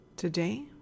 Today